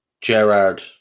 Gerard